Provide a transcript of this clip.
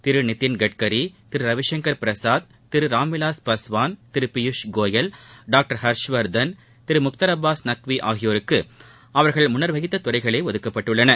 திரு நிதின் கட்கரி திரு ரவிசங்கர் பிரசாத் திரு ராம்விலாஷ் பஸ்வான் திரு பியுஸ் கோயல் டாக்டர் ஹர்ஷ்வர்தன் திரு முக்தார் அப்பாஸ் நக்வி ஆகியோர்களுக்கு அவர்கள் முன்னர் வகித்த துறைகளே ஒதுக்கப்பட்டுள்ளன